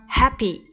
happy